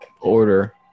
order